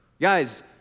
Guys